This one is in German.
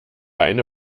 eine